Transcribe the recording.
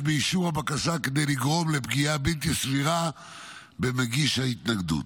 באישור הבקשה כדי לגרום לפגיעה בלתי סבירה במגיש ההתנגדות.